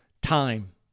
time